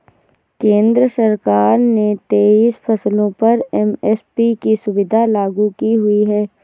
केंद्र सरकार ने तेईस फसलों पर एम.एस.पी की सुविधा लागू की हुई है